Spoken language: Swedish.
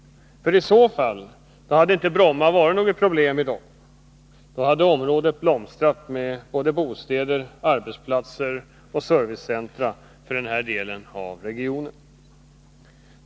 Om de fått det hade Bromma inte varit något problem i dag. Då hade området blomstrat med bostäder, arbetsplatser och servicecentra för denna del av regionen.